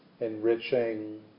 enriching